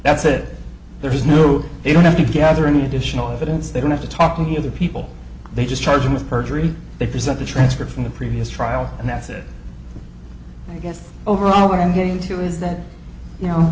that's it there is no they don't have to gather any additional evidence they don't have to talk with the other people they just charge him with perjury they present the transcript from the previous trial and that's it i guess overall what i'm hearing too is that you know